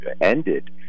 ended